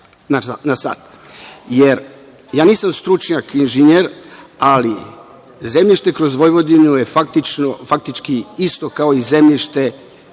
ja nisam stručnjak, inženjer, ali zemljište kroz Vojvodinu je faktički isto kao i zemljište